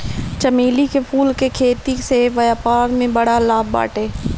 चमेली के फूल के खेती से व्यापार में बड़ा लाभ बाटे